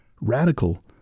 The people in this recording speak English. radical